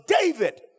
David